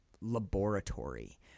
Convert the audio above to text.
laboratory